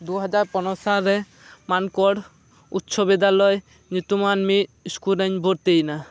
ᱫᱩᱦᱟᱡᱟᱨ ᱯᱚᱱᱮᱨᱳ ᱥᱟᱞᱨᱮ ᱢᱟᱱᱠᱚᱲ ᱩᱪᱪᱚᱵᱚᱫᱽᱫᱟᱞᱚᱭ ᱧᱩᱛᱩᱢᱟᱱ ᱢᱤᱫ ᱤᱥᱠᱩᱞ ᱨᱮᱧ ᱵᱷᱚᱨᱛᱤᱭᱮᱱᱟ